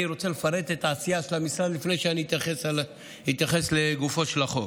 אני רוצה לפרט את העשייה של המשרד לפני שאתייחס לגופו של החוק.